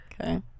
Okay